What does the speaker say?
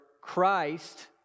Christ